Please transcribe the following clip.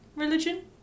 religion